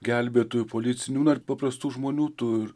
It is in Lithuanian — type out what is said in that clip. gelbėtojų policinių ar paprastų žmonių tų ir